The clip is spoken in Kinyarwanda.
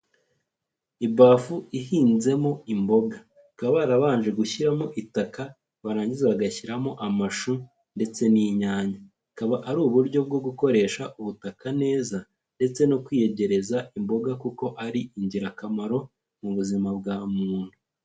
Ibafu ihinzemo imboga. Bakaba barabanje gushyiramo itaka, barangiza bagashyiramo amashu ndetse n'inyanya. Akaba ari uburyo bwo gukoresha ubutaka neza ndetse no kwiyegereza imboga kuko ari ingirakamaro mu buzima bwa muntu.